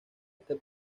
este